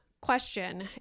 question